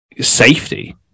safety